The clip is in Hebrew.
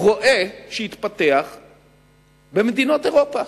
רואה שהתפתח במדינות אירופה,